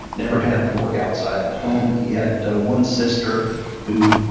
never had to work outside the home. he had ah one sister who,